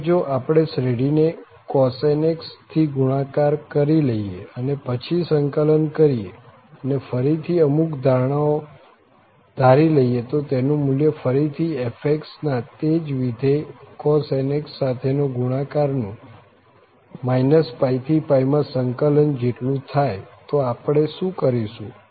હવે જો આપણે શ્રેઢીને cos nx થી ગુણાકાર કરી લઈએ અને પછી સંકલન કરીએ અને ફરી થી અમુક ધારણા ઓ ધારી લઈએ કે તેનું મુલ્ય ફરી થી fx ના તે જ વિધેય cos nx સાથે ગુણાકાર નું -π થી માં સંકલન જેટલું થાય તો આપણે શું કરીશું